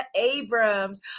Abrams